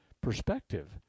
perspective